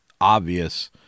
obvious